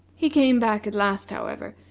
he came back at last, however,